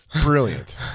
Brilliant